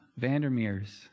Vandermeers